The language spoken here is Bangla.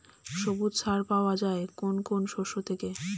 সবুজ সার পাওয়া যায় কোন কোন শস্য থেকে?